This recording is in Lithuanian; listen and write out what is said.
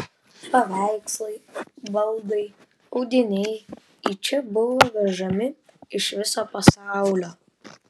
paveikslai baldai audiniai į čia buvo vežami iš viso pasaulio